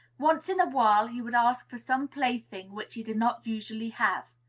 once in a while he would ask for some plaything which he did not usually have.